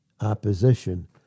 opposition